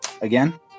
Again